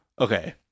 okay